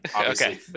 Okay